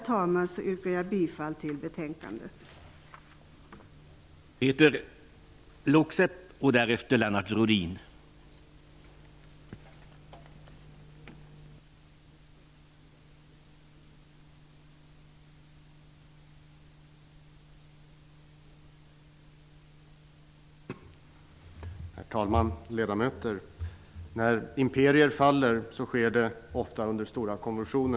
Med detta yrkar jag bifall till utskottets hemställan.